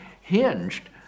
hinged